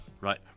right